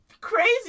crazy